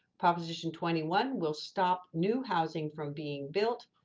proposition twenty one will stop new housing from being built,